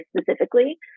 specifically